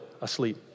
asleep